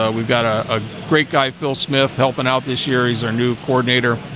ah we've got a ah great guy phil smith helping out this year he's our new coordinator,